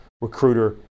recruiter